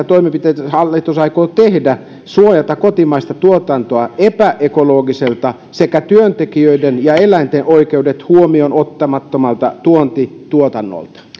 toimenpiteitä hallitus aikoo tehdä suojaamaan kotimaista tuotantoa epäekologiselta sekä työntekijöiden ja eläinten oikeudet huomioonottamattomalta tuontituotannolta